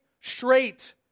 straight